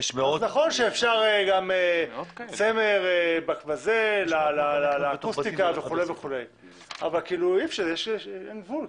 נכון שאפשר גם צמר לאקוסטיקה וכולי, אבל אין גבול.